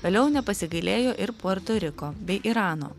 vėliau nepasigailėjo ir puerto riko bei irano